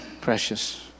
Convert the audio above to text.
precious